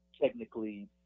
technically